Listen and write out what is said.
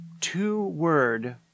Two-word